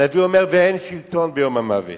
הנביא אומר: ואין שלטון ביום המוות.